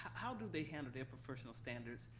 how do they handle their professional standards,